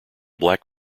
black